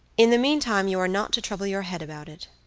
in the meantime you are not to trouble your head about it.